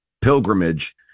pilgrimage